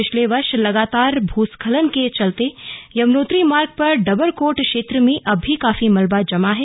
पिछले वर्ष लगातार भूस्खलन के चलते यमुनोत्री मार्ग पर डबरकोट क्षेत्र में अब भी काफी मलबा जमा है